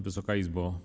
Wysoka Izbo!